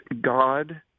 God